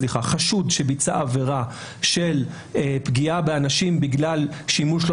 שחשוד שביצע עבירה של פגיעה באנשים בגלל שימוש לא